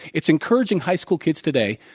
it's encouraging high school kids today,